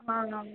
ହଁ